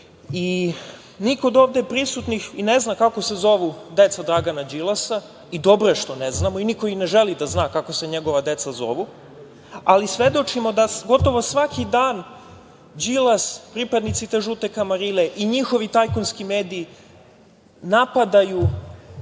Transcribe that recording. Niko ovde od prisutnih i ne zna kako se zovu deca Dragana Đilasa i dobro je što ne znamo, i niko i ne želi da zna kako se njegova deca zovu, ali svedočimo da gotovo svaki dan Đilas, pripadnici te žute kamarile i njihovi tajkunski mediji napadaju